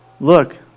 look